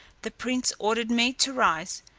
the prince ordered me to rise,